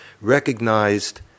recognized